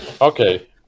Okay